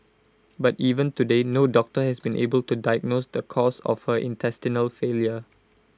but even today no doctor has been able to diagnose the cause of her intestinal failure